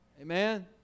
Amen